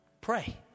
pray